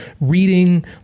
reading